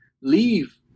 leave